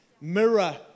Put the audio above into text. mirror